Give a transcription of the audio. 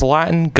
Latin